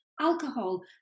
alcohol